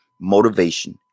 motivation